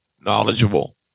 knowledgeable